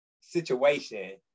situation